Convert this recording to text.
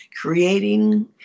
creating